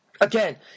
Again